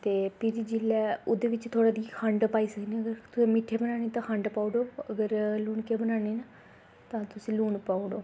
ते भिरी जेल्लै ओह्दे बिच्च थोह्ड़ी हारी खंड पाई सकने अगर तुसें मिट्ठे बनाने ते खंड पाई ओड़ो ते अगर लूनकै बनाने न तां तुस लून पाई ओड़ो